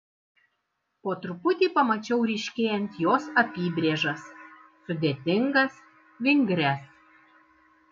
po truputį pamačiau ryškėjant jos apybrėžas sudėtingas vingrias